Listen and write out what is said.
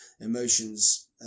emotions